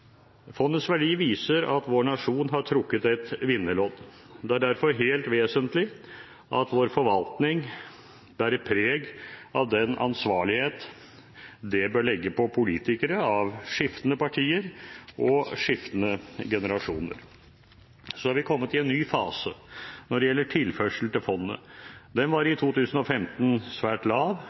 Fondets verdi viser at vår nasjon har trukket et vinnerlodd. Det er derfor helt vesentlig at vår forvaltning bærer preg av den ansvarlighet det bør legge på politikere av skiftende partier og skiftende generasjoner. Så er vi kommet i en ny fase når det gjelder tilførselen til fondet. Den var i 2015 svært lav